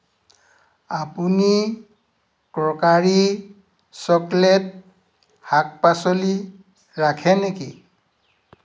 আপুনি crockery chocolate শাক পাচলি ৰাখে নেকি